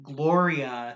Gloria